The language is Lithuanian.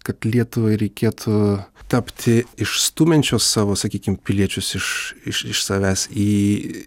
kad lietuvai reikėtų tapti iš stumiančios savo sakykim piliečius iš iš iš savęs į